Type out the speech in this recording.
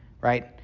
right